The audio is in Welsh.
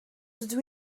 dydw